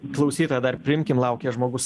klausytoją dar priimkim laukė žmogus